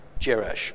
Jerash